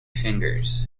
fingers